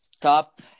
top